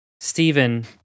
Stephen